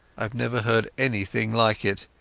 i never heard anything like it.